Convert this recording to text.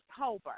October